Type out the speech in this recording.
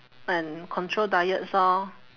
and control diets orh